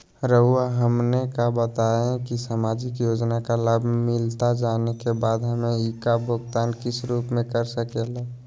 रहुआ हमने का बताएं की समाजिक योजना का लाभ मिलता जाने के बाद हमें इसका भुगतान किस रूप में कर सके ला?